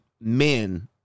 men